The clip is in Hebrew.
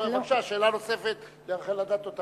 שאלה נוספת לרחל אדטו.